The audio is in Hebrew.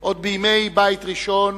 עוד בימי בית ראשון